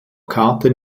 karten